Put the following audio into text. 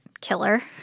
killer